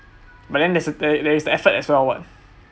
but then there is there is an effort well what